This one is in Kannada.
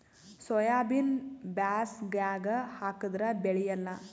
ಸೋಯಾಬಿನ ಬ್ಯಾಸಗ್ಯಾಗ ಹಾಕದರ ಬೆಳಿಯಲ್ಲಾ?